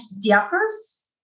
diapers